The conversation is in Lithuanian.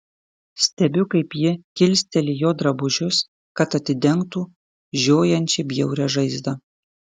stebiu kaip ji kilsteli jo drabužius kad atidengtų žiojančią bjaurią žaizdą